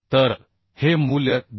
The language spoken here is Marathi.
तर हे मूल्य 224